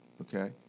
okay